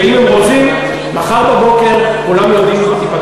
ואם הם רוצים, כולם יודעים שמחר בבוקר ייפתח